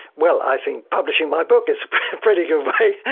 well, i think publishing my book is a pretty good way.